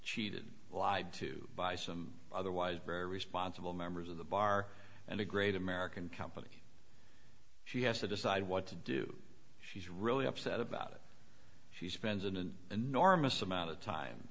cheated lied to by some otherwise very responsible members of the bar and a great american company she has to decide what to do she's really upset about it she spends an enormous amount of time